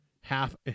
half